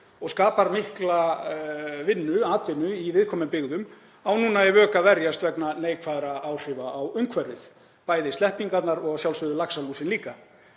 og skapar mikla atvinnu í viðkvæmum byggðum á núna í vök að verjast vegna neikvæðra áhrifa á umhverfið, bæði sleppingarnar og að sjálfsögðu laxalúsin líka.